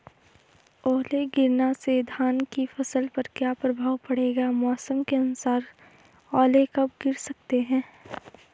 ओले गिरना से धान की फसल पर क्या प्रभाव पड़ेगा मौसम के अनुसार ओले कब गिर सकते हैं?